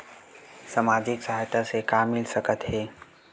सामाजिक सहायता से का मिल सकत हे?